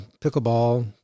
pickleball